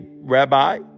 rabbi